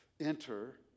Enter